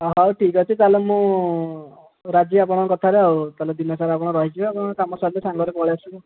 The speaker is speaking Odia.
ହଁ ହଉ ଠିକ୍ ଅଛି ତା'ହେଲେ ମୁଁ ରାଜି ଆପଣଙ୍କ କଥାରେ ଆଉ ତା'ହେଲେ ଦିନ ସାରା ଆପଣ ରହିଯିବେ ଆମର କାମ ସରିଲେ ସାଙ୍ଗରେ ପଳେଇଆସିବୁ